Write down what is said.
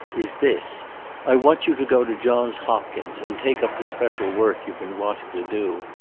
is this i want you to go to johns hopkins and take up the special work you've been wanting to do.